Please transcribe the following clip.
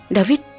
David